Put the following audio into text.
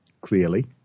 clearly